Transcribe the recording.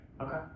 okay